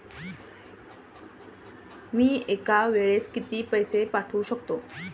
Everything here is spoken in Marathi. मी एका वेळेस किती पैसे पाठवू शकतो?